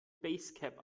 basecap